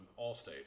Allstate